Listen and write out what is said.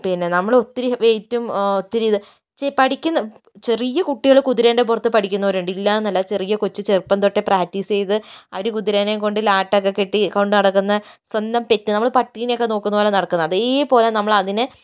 പിന്നെ നമ്മള് ഒത്തിരി വൈറ്റും ഒത്തിരി പഠിക്കുന്ന ചെറിയ കുട്ടികള് കുതിരേൻ്റെ പുറത്ത് പഠിക്കുന്നവരുണ്ട് ഇല്ലാന്നല്ല ചെറിയ കൊച്ച് ചെറുപ്പം തൊട്ടേ പ്രാക്ടീസ് ചെയ്ത് ആ ഒരു കുതിരേനെയും കൊണ്ട് ലാട്ടൊക്കെ കെട്ടി കൊണ്ടുനടക്കുന്ന സ്വന്തം പെറ്റ് നമ്മള് പട്ടിനെയൊക്കെ നോക്കുന്നത് പോലെ നടക്കുന്നു അതേപോലെ നമ്മളതിനെ